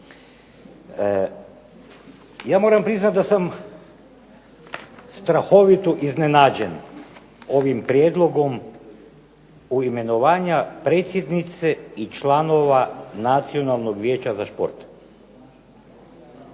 Ja moram priznati da sam strahovito iznenađen ovim prijedlogom u imenovanja predsjednice i članova Nacionalnog vijeća za šport.